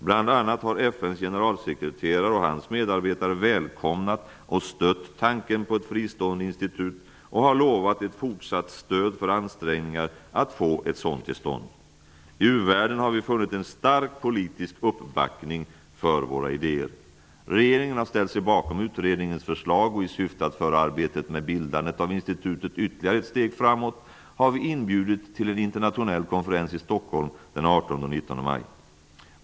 Bl.a. har FN:s generalsekreterare och hans medarbetare välkomnat och stött tanken på ett fristående institut och har lovat ett fortsatt stöd för ansträngningar att få ett sådant till stånd. I u-världen har vi funnit en stark politisk uppbackning för våra idéer. Regeringen har ställt sig bakom utredningens förslag och i syfte att föra arbetet med bildandet av institutet ytterligare ett steg framåt har vi inbjudit till en internationell konferens i Stockholm den 18 och 19 maj.